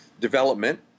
development